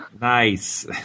Nice